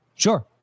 Sure